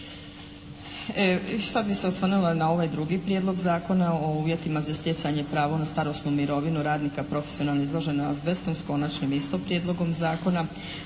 Sad bih se osvrnula na ovaj drugi Prijedlog zakona o uvjetima za stjecanje prava na starosnu mirovinu radnika profesionalno izloženih azbestu s Konačnim isto prijedlogom zakona.